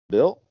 Bill